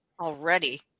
Already